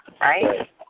Right